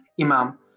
Imam